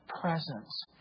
presence